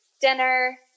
Dinner